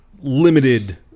limited